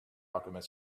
alchemist